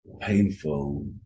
painful